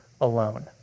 alone